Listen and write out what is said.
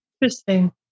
Interesting